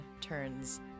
turns